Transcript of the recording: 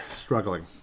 struggling